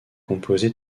composé